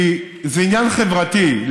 כי זה עניין חברתי,